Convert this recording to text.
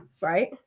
right